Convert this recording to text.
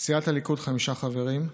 סיעת הליכוד, חמישה חברים,